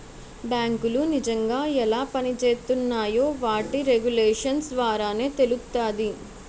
బేంకులు నిజంగా ఎలా పనిజేత్తున్నాయో వాటి రెగ్యులేషన్స్ ద్వారానే తెలుత్తాది